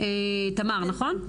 תמר, נכון?